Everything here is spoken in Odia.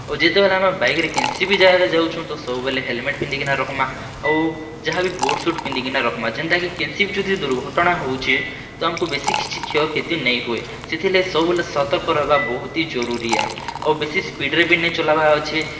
ଆଉ ଯେତେବେଲେ ଆମେ ବାଇକ୍ରେ କେନ୍ସି ବି ଜାଗାକେ ଯାଉଛୁଁ ତ ସବୁବେଲେ ହେଲ୍ମେଟ୍ ପିନ୍ଧିକିନା ରଖ୍ମା ଆଉ ଯାହାବି ବୁଟ୍ ସୁଟ୍ ପିନ୍ଧିକିନା ରଖ୍ମା ଯେନ୍ତା କି କେନ୍ସି ବି ଯଦି ଦୁର୍ଘଟଣା ହେଉଛେ ତ ଆମ୍କୁ ବେଶୀ କିଛି କ୍ଷୟକ୍ଷତି ନାଇ ହୁଏ ସେଥିର୍ଲାଗି ସବୁବେଲେ ସତର୍କ ରହେବାର୍ ବହୁତ୍ ହିଁ ଜରୁରୀ ଆଏ ଆଉ ବେଶୀ ସ୍ପିଡ଼୍ରେ ବି ନାଇ ଚଲାବାର୍ ଅଛେ